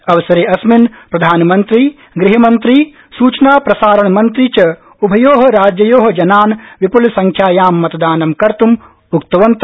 अवसरे अस्मिन् प्रधानमन्त्री ग़हमन्त्री सूचना प्रसारणमन्त्री च उभयो राज्ययो जनान् विप्लसंख्यायां मतदानं कर्त् उक्तवन्त